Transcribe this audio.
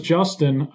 Justin